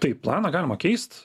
taip planą galima keist